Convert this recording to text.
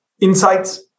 insights